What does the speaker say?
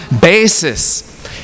basis